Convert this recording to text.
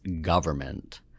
government